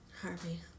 Harvey